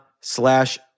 slash